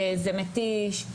זה מתיש.